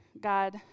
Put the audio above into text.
God